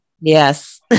Yes